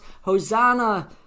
Hosanna